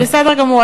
בסדר גמור.